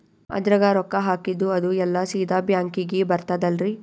ಅದ್ರಗ ರೊಕ್ಕ ಹಾಕಿದ್ದು ಅದು ಎಲ್ಲಾ ಸೀದಾ ಬ್ಯಾಂಕಿಗಿ ಬರ್ತದಲ್ರಿ?